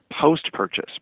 post-purchase